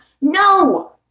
No